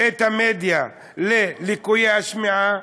את המדיה ללקויי השמיעה,